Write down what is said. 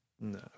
No